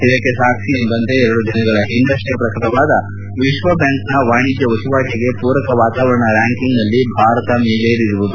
ಇದಕ್ಕೆ ಸಾಕ್ಷಿ ಎಂದರೆ ಎರಡು ದಿನಗಳ ಹಿಂದಷ್ಟೇ ಪ್ರಕಟವಾದ ವಿಶ್ವ ಬ್ಯಾಂಕ್ನ ವಾಣಿಜ್ಯ ವಹಿವಾಟಗೆ ಪೂರಕ ವಾತಾವರಣ ರ್ಡಾಂಕಿಂಗ್ನಲ್ಲಿ ಭಾರತ ಮೇಲೇರಿರುವುದು